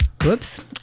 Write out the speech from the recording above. Whoops